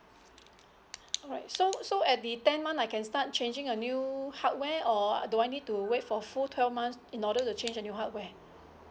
alright so so at the tenth month I can start changing a new hardware or uh do I need to wait for full twelve months in order to change a new hardware